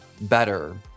better